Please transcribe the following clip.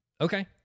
Okay